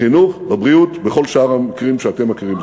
בחינוך, בבריאות, בכל שאר המקרים שאתם מכירים.